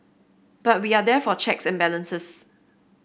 but we are there for checks and balances